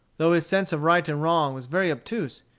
though his sense of right and wrong was very obtuse,